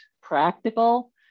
practical